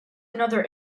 another